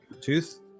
tooth